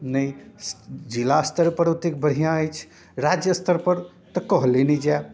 नहि जिला स्तरपर ओतेक बढ़िआँ अछि राज्य स्तरपर तऽ कहले नहि जाए